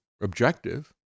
objective